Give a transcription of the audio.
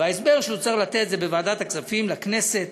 וההסבר שצריך לתת זה בוועדת הכספים, לכנסת,